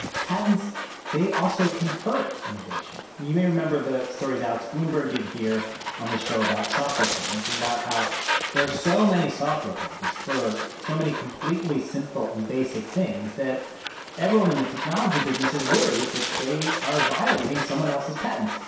patents they also can hurt innovation. i mean, you may remember the stories alex blumberg did here on the show about software patents and about how there are so many software patents for so many completely simple and basic things that everyone in the technology business is worried that they are violating someone else's patents.